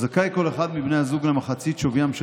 זכאי כל אחד מבני הזוג למחצית שוויים של